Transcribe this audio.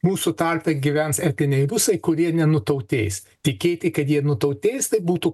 mūsų tarpe gyvens etniniai rusai kurie nenutautės tikėti kad jie nutautės tai būtų